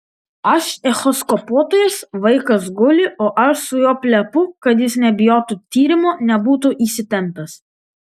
aš echoskopuotojas vaikas guli o aš su juo plepu kad jis nebijotų tyrimo nebūtų įsitempęs